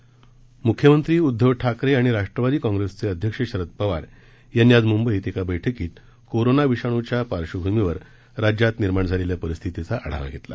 म्ख्यमंत्री उदधव ठाकरे आणि राष्ट्रवादी काँग्रेस पक्षाचे अध्यक्ष शरद पवार यांनी आज मुंबईत एका बछकीमधे कोरोना विषाणूच्या पार्श्वभूमीवर राज्यात निर्माण परिस्थितीचा आढावा घेतला